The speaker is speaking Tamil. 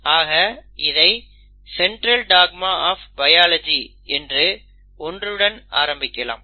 ஆக இதை சென்ட்ரல் டாக்மா ஆஃப் பயோலஜி என்ற ஒன்றுடன் ஆரம்பிக்கலாம்